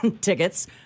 tickets